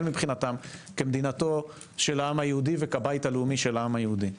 מבחינתם כמדינתו של העם היהודי וכבית הלאומי של העם היהודי.